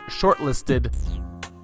shortlisted